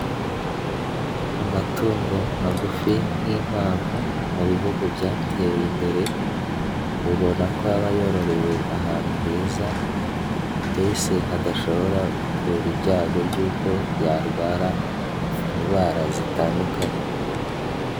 Amatungo magufi nk'inkwavu mu bihugu byateye imbere, ubona ko aba yororewe ahantu heza mbese hadashobora gukurura ibyago by'uko yarwara indwara zitandukanye.